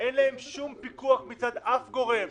אין להם שום פיקוח מצד אף גורם,